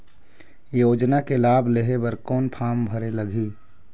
योजना के लाभ लेहे बर कोन फार्म भरे लगही?